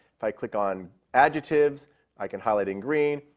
if i click on adjectives i can highlight in green,